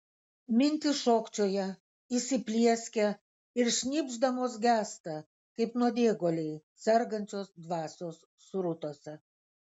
mintys šokčioja įsiplieskia ir šnypšdamos gęsta kaip nuodėguliai sergančios dvasios srutose